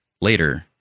later